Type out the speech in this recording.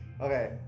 Okay